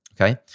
okay